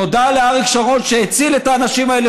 תודה לאריק שרון שהציל את האנשים האלה,